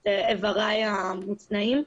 את אבריי המוצנעים.